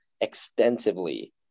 extensively